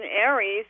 Aries